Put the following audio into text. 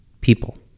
people